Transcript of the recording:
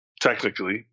technically